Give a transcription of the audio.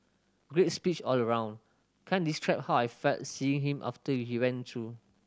great speech all round can't how I felt seeing him after he went through